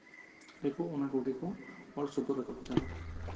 ᱠᱚ ᱚᱱᱟ ᱠᱚᱜᱮ ᱠᱚ ᱚᱞ ᱥᱚᱫᱚᱨ ᱨᱟᱠᱟᱵᱽ ᱟᱠᱟᱫᱟ